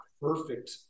perfect